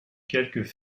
quelques